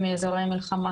מלחמה.